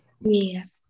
Yes